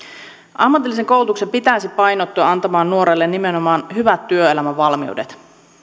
ammatillisen koulutuksen pitäisi painottua antamaan nuorelle nimenomaan hyvät työelämävalmiudet